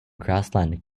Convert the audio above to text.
grassland